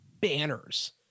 banners